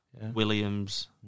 Williams